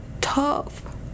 tough